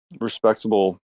respectable